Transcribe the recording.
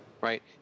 right